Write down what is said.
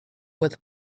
with